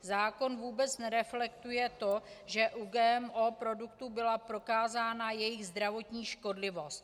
Zákon vůbec nereflektuje to, že u GMO produktů byla prokázána jejich zdravotní škodlivost.